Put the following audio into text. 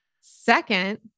Second